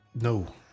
No